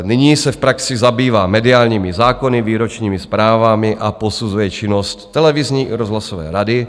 Nyní se v praxi zabývá mediálními zákony, výročními zprávami a posuzuje činnost televizní i rozhlasové rady.